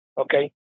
Okay